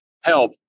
help